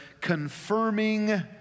confirming